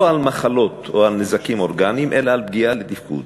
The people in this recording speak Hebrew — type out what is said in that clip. לא על מחלות או על נזקים אורגניים אלא על פגיעה בתפקוד.